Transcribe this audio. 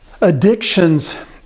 Addictions